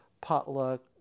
potluck